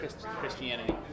Christianity